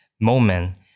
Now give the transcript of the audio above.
moment